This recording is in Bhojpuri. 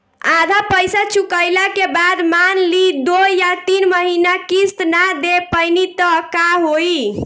आधा पईसा चुकइला के बाद मान ली दो या तीन महिना किश्त ना दे पैनी त का होई?